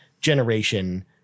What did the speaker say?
generation